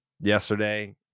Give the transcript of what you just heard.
yesterday